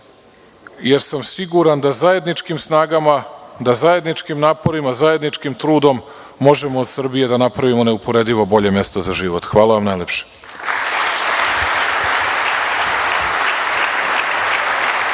jer sam siguran da zajedničkim snagama, da zajedničkim naporima, zajedničkim trudom možemo od Srbije da napravimo neuporedivo bolje mesto za život. Hvala vam najlepše.